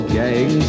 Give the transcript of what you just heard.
gang